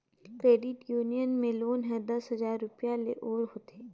credit union में loan हर दस हजार रूपिया ले ओर होथे